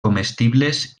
comestibles